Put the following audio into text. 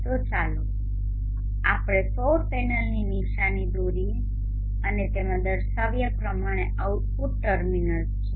તો ચાલો આપણે સૌર પેનલની નિશાની દોરીએ અને તેમાં દર્શાવ્યા પ્રમાણે આઉટપુટ ટર્મિનલ્સ છે